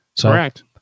Correct